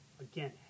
again